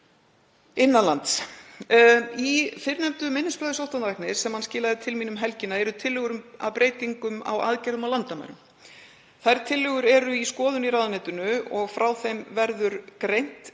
ekki út innan lands. Í fyrrnefndu minnisblaði sóttvarnalæknis sem hann skilaði til mín um helgina eru tillögur að breytingum á aðgerðum á landamærum. Þær tillögur eru í skoðun í ráðuneytinu og frá þeim verður greint í